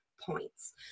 points